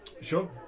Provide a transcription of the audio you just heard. sure